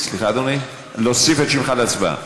להוסיף את שמך להצבעה.